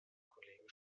kollegen